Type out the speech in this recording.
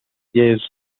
james